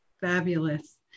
Fabulous